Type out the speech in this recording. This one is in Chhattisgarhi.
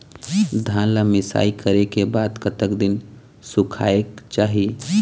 धान ला मिसाई करे के बाद कतक दिन सुखायेक चाही?